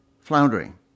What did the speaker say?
floundering